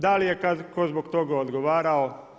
Da li je tko zbog toga odgovarao?